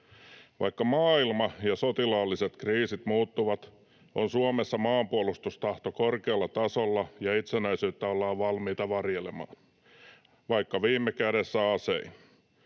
Vaikka maailma ja sotilaalliset kriisit muuttuvat, on Suomessa maanpuolustustahto korkealla tasolla ja itsenäisyyttä ollaan valmiita varjelemaan — vaikka viime kädessä asein.